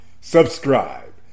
subscribe